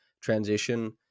transition